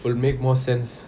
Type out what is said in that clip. will make more sense